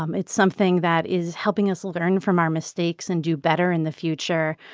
um it's something that is helping us learn from our mistakes and do better in the future.